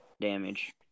damage